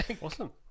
awesome